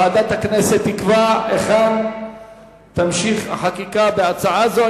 ועדת הכנסת תקבע היכן תימשך החקיקה בהצעה זו.